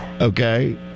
Okay